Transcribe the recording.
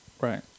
Right